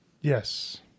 Yes